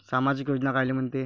सामाजिक योजना कायले म्हंते?